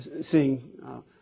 seeing